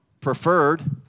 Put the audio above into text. preferred